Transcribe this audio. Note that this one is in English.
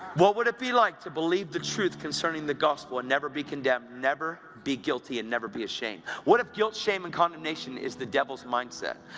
what would it be like to believe the truth concerning the gospel, and never be condemned, never be guilty and never be ashamed? what if guilt, shame and condemnation is the devil's mindset?